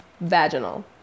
Vaginal